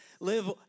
Live